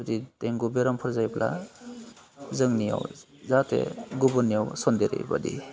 बिदि डेंगु बेरामफोर जायोब्ला जोंनियाव जाहाथे गुबुननियाव सनदेरै बायदिनो